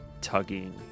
tugging